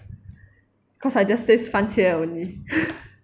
cause I just taste 番茄 only